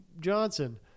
Johnson